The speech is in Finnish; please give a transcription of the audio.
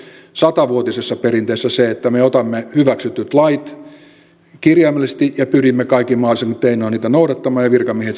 meidän lähtökohta on ollut satavuotisessa perinteessä se että me otamme hyväksytyt lait kirjaimellisesti ja pyrimme kaikin mahdollisin keinoin niitä noudattamaan ja virkamiehet sitä valvovat